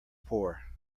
poor